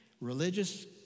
religious